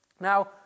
Now